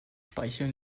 speichel